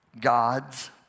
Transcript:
gods